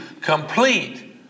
complete